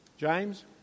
James